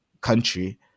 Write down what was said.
country